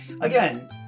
Again